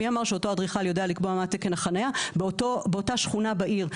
מי אמר שאותו אדריכל יודע לקבוע מה תקן החניה באותה שכונה בעיר?